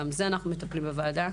וגם בזה אנחנו מטפלים בוועדה